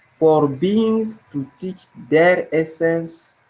for beings to teach their essence,